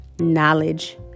knowledge